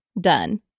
done